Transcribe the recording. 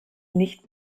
nicht